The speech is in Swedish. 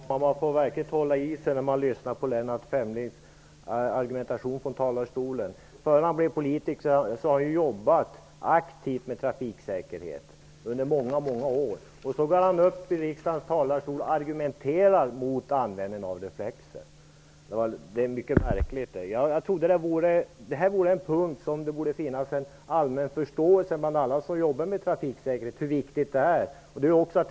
Herr talman! Man får verkligen hålla i sig när man lyssnar på Lennart Fremlings argumentation i talarstolen. Innan han blev politiker jobbade han under många år aktivt med trafiksäkerhet. Nu går han upp i riksdagens talarstol och argumenterar mot användning av reflexer. Det är mycket märkligt. Detta är en fråga som alla som jobbar med trafiksäkerhet borde inse vikten av.